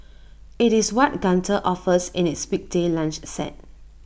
IT is what Gunther offers in its weekday lunch set